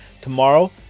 tomorrow